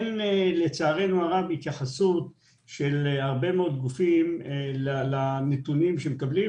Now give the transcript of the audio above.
לצערנו אין התייחסות של הרבה גופים לנתונים שהם מקבלים,